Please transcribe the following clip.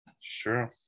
Sure